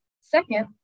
Second